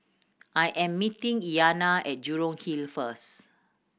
I am meeting Iyanna at Jurong Hill first